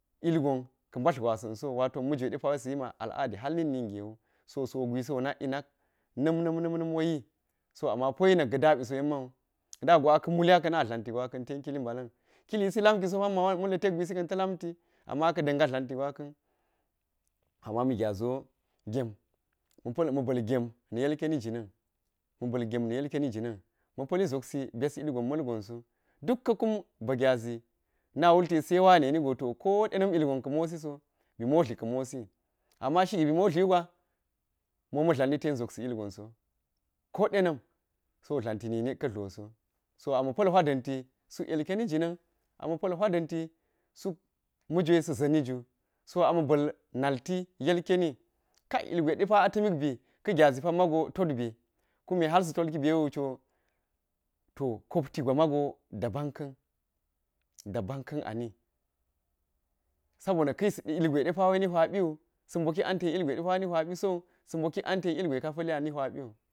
Ilgon ka̱ mba̱r gwa̱sa̱n sowu wa̱to maje ɗepa̱wa̱i sa yima̱ al'ada̱ har ningewu gwisiwo na̱kyi nam nam nam woyi amma poyi na̱kga̱ ɗȝa̱su yekma̱u ɗȝa̱go aka̱ muli aka̱na̱ tlanti gwa̱ka̱n ten kili ba̱la̱n kili lamkiso pa̱nma ma̱lla̱ tekgui sika̱n ta̱ la̱mti amma aka̱ ɗanga̱ tla̱nti gwakan, amma mi gyaȝiwo gem ma̱ pa̱l ba̱l gem ilken ni ga̱nin, ma̱ ba̱l gem ilkeni jina̱n ma̱pa̱li ȝopsi bya̱s ilgon ma̱lgon so dukka̱ kum ba gyaȝi na ulte sai wani yenigo to ko da̱na̱m ngon ka̱ mosiso bi motli ka mosi, amma shige bi motli wugwa mo ma̱ tlanni ten ilgonso, ko dena̱m, so tla̱nti nin ka̱ tloso, so ama̱ pa̱l hui danti suk ilkeni jinan ama̱pa̱l hui da̱nti suk majwa sa̱ ȝa̱niwu so amma ba̱l na̱lti yilkeni, kai ilgwa̱i drepa̱ a tamikbi ka̱ gyaȝi pa̱ṉma go totbe, kume sa tolki bewucho, to koptigwa mago da̱ba̱n ka̱n, ɗa̱ba̱nka̱n ani, sa̱bona̱ ka̱yis ilgwe depa̱wa̱i ni huipiwu, sa bokik an ten ilgwe depa̱ ni huipiso, so bokik anten ilgwe ɗepa̱ ka pali a ni huipi